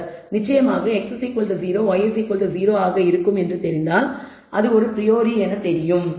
நிச்சயமாக x0 y0 ஆக இருக்கும் என்று தெரிந்தால் அது ஒரு ப்ரியோரி என்று தெரியும்